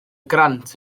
grant